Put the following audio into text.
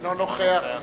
אינו נוכח